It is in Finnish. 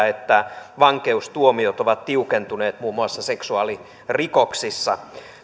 että vankeustuomiot ovat tiukentuneet muun muassa seksuaalirikoksissa